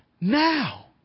now